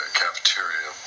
cafeteria